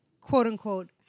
quote-unquote